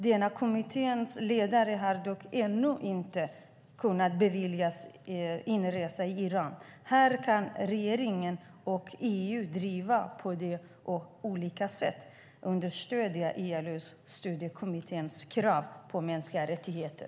Denna kommittés ledare har dock ännu inte beviljats inresa i Iran. Här kan regeringen och EU på olika sätt driva på och understödja ILO:s studiekommittés krav på mänskliga rättigheter.